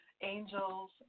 angels